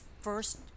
first